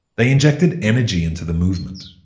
they injected energy into the movement,